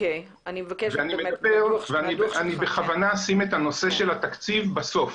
אני בכוונה אשים את הנושא של התקציב בסוף,